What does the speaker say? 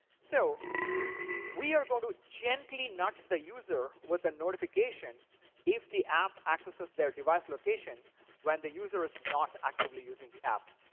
so we are going to gently nudge the user with a notification if the app accesses their device location when the user is not actively using the app.